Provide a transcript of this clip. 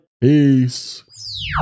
peace